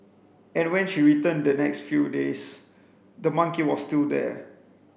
and when she returned the next few days the monkey was still there